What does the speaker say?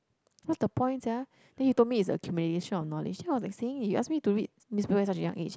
what's the point sia then he told me is accumulation of knowledge then I was like saying you ask me to read newspaper at such a young age